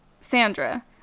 Sandra